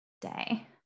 day